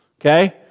okay